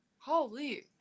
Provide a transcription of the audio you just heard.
Holy